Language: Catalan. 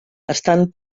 estan